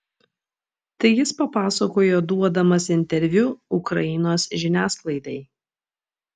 tai jis papasakojo duodamas interviu ukrainos žiniasklaidai